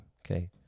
okay